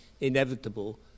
inevitable